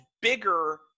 bigger